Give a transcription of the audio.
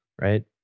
right